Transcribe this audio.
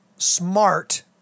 smart